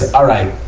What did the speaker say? all right.